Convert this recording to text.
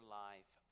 life